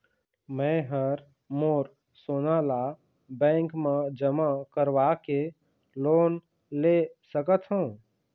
मैं हर मोर सोना ला बैंक म जमा करवाके लोन ले सकत हो?